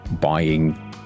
buying